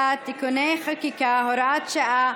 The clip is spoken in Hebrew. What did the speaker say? תפילה (תיקוני חקיקה) (הוראת שעה),